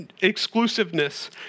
exclusiveness